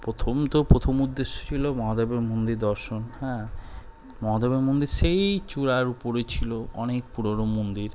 প্রথম তো প্রথম উদ্দেশ্য ছিল মহাদেবের মন্দির দর্শন হ্যাঁ মহাদেবের মন্দির সেই চূড়ার উপরে ছিল অনেক পুরনো মন্দির